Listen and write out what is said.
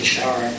shower